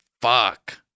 Fuck